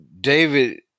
David